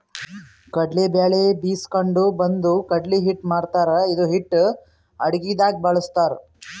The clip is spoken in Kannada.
ಕಡ್ಲಿ ಬ್ಯಾಳಿ ಬೀಸ್ಕೊಂಡು ಬಂದು ಕಡ್ಲಿ ಹಿಟ್ಟ್ ಮಾಡ್ತಾರ್ ಇದು ಹಿಟ್ಟ್ ಅಡಗಿದಾಗ್ ಬಳಸ್ತಾರ್